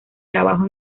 trabajo